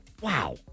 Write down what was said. wow